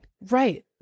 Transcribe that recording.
Right